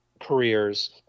careers –